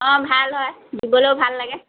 হয় ভাল হয় দিবলৈও ভাল লাগে